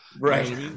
Right